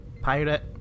Pirate